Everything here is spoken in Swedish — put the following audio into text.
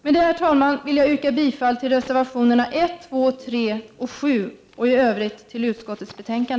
Med det, herr talman, vill jag yrka bifall till reservationerna 1, 2, 3 och 7 och i övrigt till utskottets hemställan.